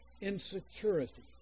insecurity